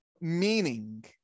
meaning